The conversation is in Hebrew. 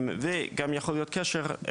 וגם יכול להיות קשר,